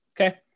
okay